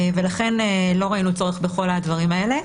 ולכן לא ראינו צורך בכל הדברים האלה.